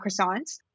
croissants